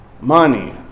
Money